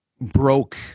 broke